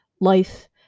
life